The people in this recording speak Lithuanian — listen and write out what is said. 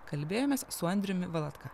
kalbėjomės su andriumi valatka